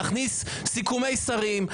להכניס סיכומי שרים,